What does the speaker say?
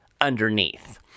underneath